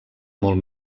molt